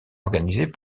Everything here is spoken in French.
organisées